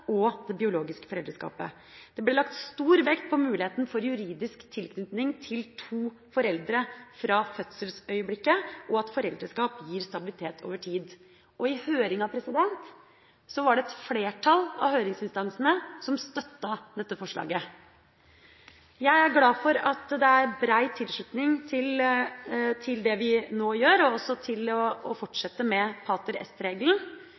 og det biologiske foreldreskapet. Det ble lagt stor vekt på muligheten for juridisk tilknytning til to foreldre fra fødselsøyeblikket og at foreldreskap gir stabilitet over tid. I høringa var det et flertall av høringsinstansene som støttet dette forslaget. Jeg er glad for at det bred tilslutning til det vi nå gjør, og også til å fortsette med pater